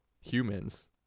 humans